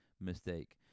mistake